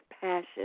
passion